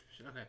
okay